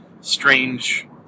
strange